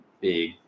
big